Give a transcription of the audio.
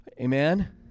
Amen